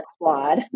quad